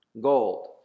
Gold